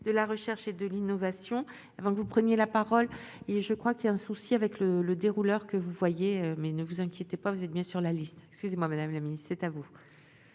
de la recherche et de l'innovation, avant que vous prenez la parole et je crois qu'il y a un souci avec le le déroulé que vous voyez mais ne vous inquiétez pas, vous êtes bien sur la liste, excusez-moi, madame la ministre, c'est à vous.